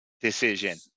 decision